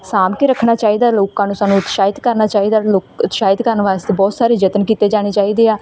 ਸਾਂਭ ਕੇ ਰੱਖਣਾ ਚਾਹੀਦਾ ਲੋਕਾਂ ਨੂੰ ਸਾਨੂੰ ਉਤਸ਼ਾਹਿਤ ਕਰਨਾ ਚਾਹੀਦਾ ਲੋਕ ਉਤਸ਼ਾਹਿਤ ਕਰਨ ਵਾਸਤੇ ਬਹੁਤ ਸਾਰੇ ਯਤਨ ਕੀਤੇ ਜਾਣੇ ਚਾਹੀਦੇ ਹੈ